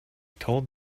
told